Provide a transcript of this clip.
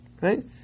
right